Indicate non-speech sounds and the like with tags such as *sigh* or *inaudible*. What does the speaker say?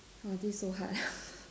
!wah! this is so hard *laughs*